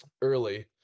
early